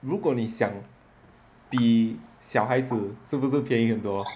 如果你想比小孩子是不是便宜很多